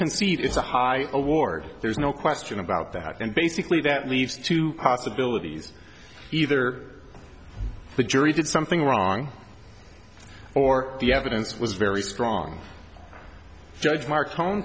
concede is a high award there's no question about that and basically that leaves two possibilities either the jury did something wrong or the evidence was very strong judge mark tone